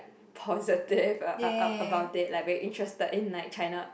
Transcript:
positive a a about it like very interested in like China